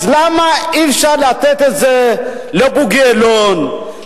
אז למה אי-אפשר לתת את זה לבוגי יעלון,